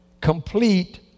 complete